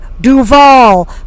Duval